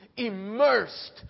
immersed